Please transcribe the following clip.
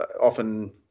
often